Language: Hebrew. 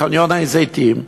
בחניון עין-זיתים.